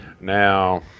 Now